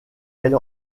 elle